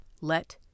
Let